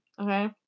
Okay